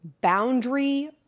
boundary